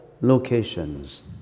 locations